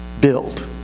build